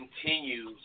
continues